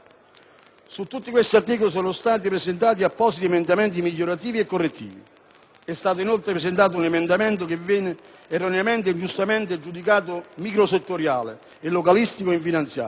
Su tutti questi articoli sono stati presentati appositi emendamenti migliorativi e correttivi. E' stato inoltre presentato un emendamento, che venne erroneamente e ingiustamente giudicato microsettoriale e localistico in finanziaria